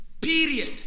period